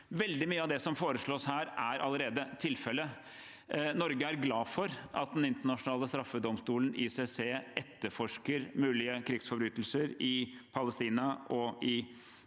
Veldig mye av det som foreslås her, er allerede tilfellet. Norge er glad for at Den internasjonale straffedomstolen etterforsker mulige krigsforbrytelser i Palestina –